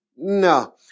No